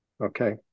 okay